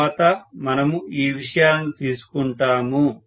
తరువాత మనము ఈ విషయాలను తీసుకుంటాము